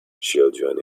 children